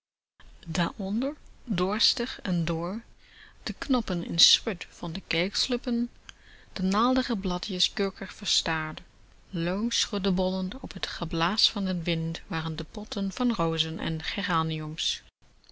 daaronder dorstig en dor de knoppen in schut van de kelkslippen de naaldige blaadjes kurkig verstard loom schuddebollend op t geblaas van den wind waren de potten met rozen en geraniums